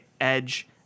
edge